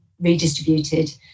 redistributed